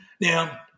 Now